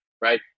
right